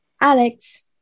Alex